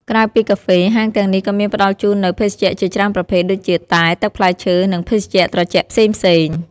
ក្រៅពីកាហ្វេ ហាងទាំងនេះក៏មានផ្តល់ជូននូវ ភេសជ្ជៈជាច្រើនប្រភេទ ដូចជា តែ ទឹកផ្លែឈើ និងភេសជ្ជៈត្រជាក់ផ្សេងៗ។